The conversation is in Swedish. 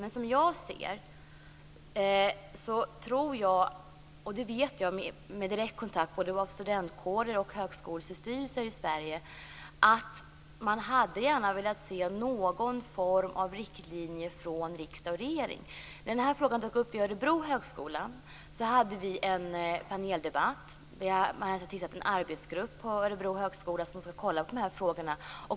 Men jag vet, genom att jag har haft direktkontakt med både studentkårer och högskolestyrelser i Sverige, att man gärna hade velat se någon form av riktlinjer från riksdag och regering. När den här frågan togs upp vid Örebro högskola hade vi en paneldebatt. Man hade tillsatt en arbetsgrupp vid Örebro högskola som skulle undersöka de här frågorna.